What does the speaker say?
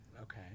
okay